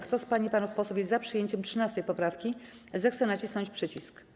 Kto z pań panów posłów jest za przyjęciem 13. poprawki, zechce nacisnąć przycisk.